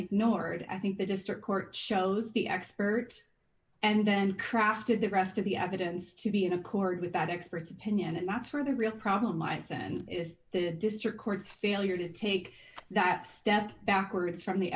ignored i think the district court shows the expert and crafted the rest of the evidence to be in accord with that expert's opinion and that's where the real problem i send is the district court's failure to take that step backwards from the